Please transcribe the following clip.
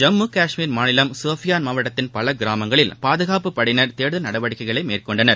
ஜம்மு கஷ்மீர் மாநிலம் சோஃபியான் மாவட்டத்தின் பலகிராமங்களில் பாதுகாப்பு படையினா் தேடுதல் நடவடிக்கைகளைமேற்கொண்டனர்